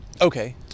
Okay